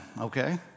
okay